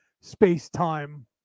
space-time